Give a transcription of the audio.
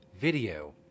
video